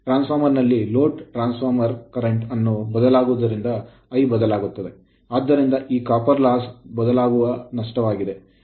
ಟ್ರಾನ್ಸ್ farmer ನಲ್ಲಿ load transformer current ಅನ್ನು ಬದಲಾಗುವುದರಿಂದ I ಬದಲಾಗುತ್ತ ಆದ್ದರಿಂದ ಈ copper loss ತಾಮ್ರದ ನಷ್ಟವು ಬದಲಾಗುವ ನಷ್ಟವಾಗಿದೆ